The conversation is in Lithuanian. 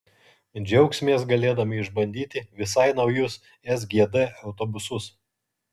džiaugsimės galėdami išbandyti visai naujus sgd autobusus